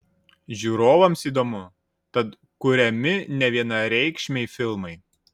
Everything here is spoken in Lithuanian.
žiūrovams įdomu tad kuriami nevienareikšmiai filmai